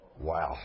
Wow